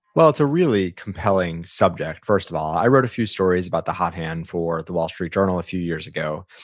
well, it's a really compelling subject, first of all. i wrote a few stories about the hot hand for the wall street journal a few years ago.